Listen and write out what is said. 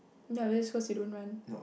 no it's called she don't want